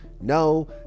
No